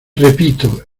repito